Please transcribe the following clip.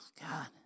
God